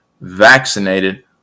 vaccinated